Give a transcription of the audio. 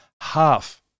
half